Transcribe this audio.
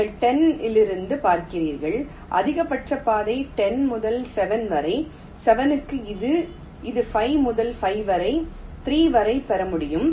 நீங்கள் 10 இலிருந்து பார்க்கிறீர்கள் அதிகபட்ச பாதை 10 முதல் 7 வரை 7 க்கு இது இது 5 முதல் 5 வரை 3 வரை பெற முடியும்